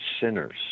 sinners